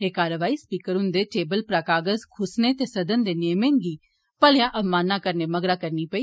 एह कारवाई स्पीकर हन्दे टेबल परा कागज़ खुस्सने ते सदन दे नियमें दी भलेया अवमानना करने मगरा करनी पेई